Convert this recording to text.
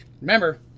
Remember